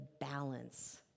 balance